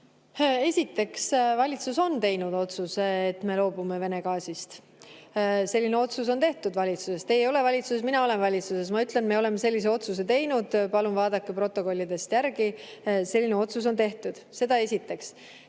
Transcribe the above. Esiteks, valitsus on teinud otsuse, et me loobume Vene gaasist. Selline otsus on valitsuses tehtud. Te ei ole valitsuses, mina olen valitsuses, ma ütlen, et me oleme sellise otsuse teinud. Palun vaadake protokollidest järele, selline otsus on tehtud. Seda esiteks.